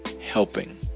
helping